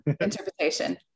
interpretation